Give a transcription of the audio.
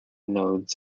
nodes